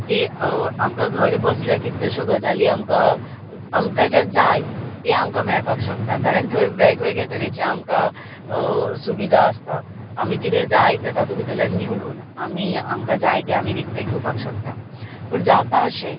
की आमकां घर बसल्यार कितल्योश्यो गजाली आमकां आमकां जें जाय तें आमकां मेळपाक शकता कारण थंय वेग वेगळ्या तरेचें आमकां सुविधा आसता आमी कितें जाय तें तातूं भितरलें निवडून आमी आमकां जाय तें आमी विकतें घेवपाक शकता बट जाता अशें